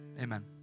Amen